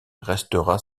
restera